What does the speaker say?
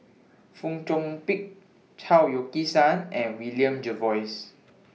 Fong Chong Pik Chao Yoke San and William Jervois